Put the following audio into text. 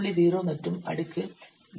0 மற்றும் அடுக்கு E 1